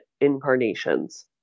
incarnations